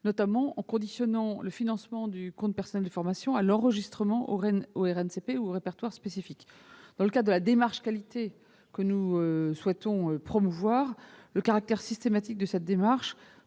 notamment en conditionnant le financement du compte personnel de formation à l'enregistrement au RNCP ou au répertoire spécifique. Dans le cadre de la démarche qualité que nous souhaitons promouvoir, le caractère systématique de cette demande